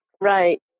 Right